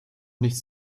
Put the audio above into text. nichts